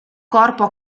corpo